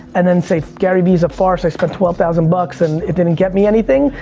and then say gary vee is a farce i've spent twelve thousand bucks and it didn't get me anything.